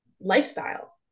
lifestyle